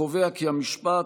הקובע כי המשפט,